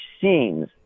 seems